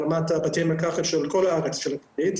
ברמת בתי המרקחת בכל הארץ של הכללית,